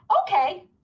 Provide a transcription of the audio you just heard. okay